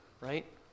right